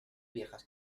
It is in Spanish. viejas